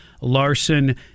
larson